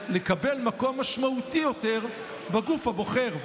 לקבל מקום משמעותי יותר בגוף הבוחר,